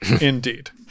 indeed